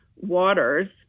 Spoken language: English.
waters